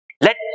Let